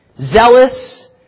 zealous